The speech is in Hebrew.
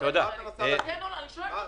אני שואלת אותך כן או לא.